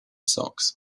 sox